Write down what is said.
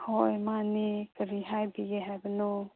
ꯍꯣꯏ ꯃꯥꯅꯦ ꯀꯔꯤ ꯍꯥꯏꯕꯤꯒꯦ ꯍꯥꯏꯕꯅꯣ